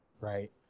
right